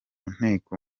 nteko